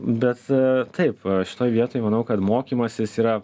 bet taip šitoj vietoj manau kad mokymasis yra